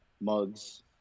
mugs